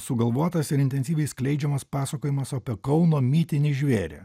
sugalvotas ir intensyviai skleidžiamas pasakojimas apie kauno mitinį žvėrį